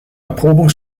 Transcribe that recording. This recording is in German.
erprobung